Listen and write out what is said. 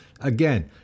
again